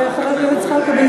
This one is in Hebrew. חבר הכנסת זחאלקה,